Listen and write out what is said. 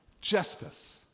Justice